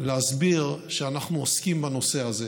להסביר שאנחנו עוסקים בנושא הזה.